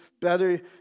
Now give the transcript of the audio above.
better